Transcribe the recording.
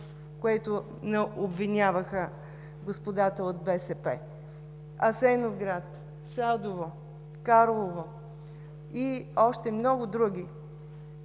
което ни обвиняваха господата от БСП – Асеновград, Садово, Карлово, Марица, и още много други